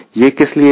यह किस लिए है